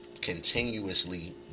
continuously